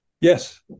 Yes